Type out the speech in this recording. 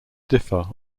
differ